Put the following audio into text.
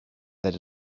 that